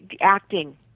acting